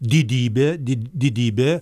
didybė di didybė